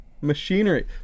Machinery